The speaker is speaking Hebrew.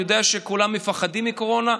אני יודע שכולם מפחדים מקורונה,